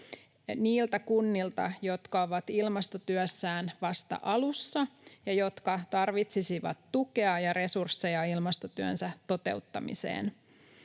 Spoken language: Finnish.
niiltä kunnilta, jotka ovat ilmastotyössään vasta alussa ja jotka tarvitsisivat tukea ja resursseja ilmastotyönsä toteuttamiseen.